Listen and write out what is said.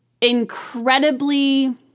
incredibly